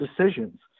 decisions